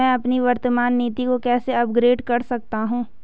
मैं अपनी वर्तमान नीति को कैसे अपग्रेड कर सकता हूँ?